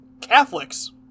Catholics